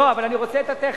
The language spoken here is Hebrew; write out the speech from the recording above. לא, אבל אני רוצה את הטכניקה.